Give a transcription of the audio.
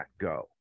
go